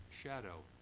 shadow